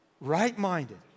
right-minded